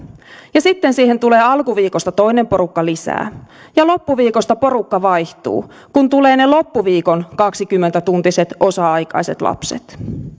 ja sitten siihen tulee alkuviikosta toinen porukka lisää ja loppuviikosta porukka vaihtuu kun tulee ne loppuviikon kaksikymmentä tuntiset osa aikaiset lapset